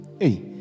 Hey